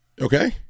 Okay